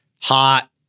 hot